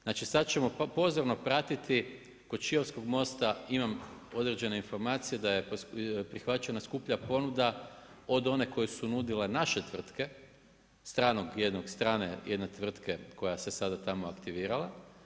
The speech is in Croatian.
Znači, sad ćemo pozorno pratiti kod čiovskog mosta imam određene informacije, da je prihvaćena skuplja ponuda od one koje su nudile naše tvrtke, strane jedne tvrtke koja se sada tamo aktivirala.